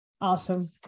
Awesome